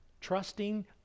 trusting